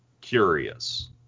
curious